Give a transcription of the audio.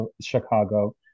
Chicago